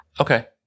Okay